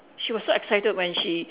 she was so excited when she